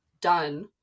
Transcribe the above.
done